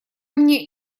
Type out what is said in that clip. мне